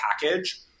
package